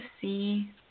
see